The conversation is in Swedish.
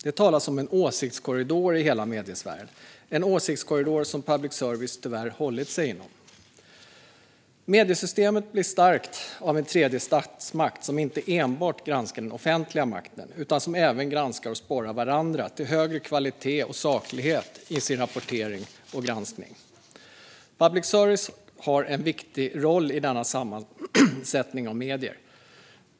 Det talas om en åsiktskorridor i hela mediesfären, en åsiktskorridor som public service tyvärr hållit sig inom. Mediesystemet blir starkt av en tredje statsmakt som inte enbart granskar den offentliga makten utan även granskar och sporrar varandra till högre kvalitet och saklighet i sin rapportering och granskning. Public service har en viktig roll i denna sammansättning av medier.